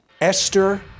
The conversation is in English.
Esther